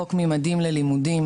חוק "ממדים ללימודים"